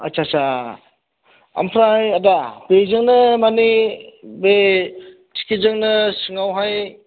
आथसा सा आमफ्राय आदा बेजोंनो मानि बे टिकिटजोंनो सिङावहाय